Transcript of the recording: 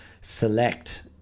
select